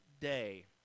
day